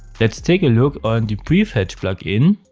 let's take a look on the prefetch plugin.